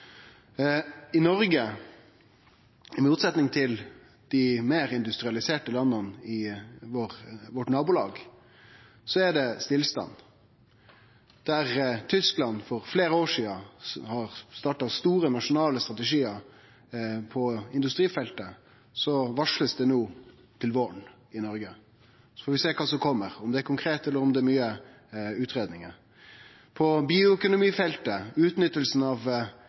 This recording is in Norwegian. I Noreg – i motsetning til i dei meir industrialiserte landa i nabolaget vårt – er det stillstand. Der Tyskland har starta store nasjonale strategiar på industrifeltet for fleire år sidan, blir dette no varsla til våren i Noreg. Vi får sjå kva som kjem – om det er konkret eller om det er mykje utgreiing. På bioøkonomifeltet – i utnyttinga av